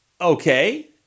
Okay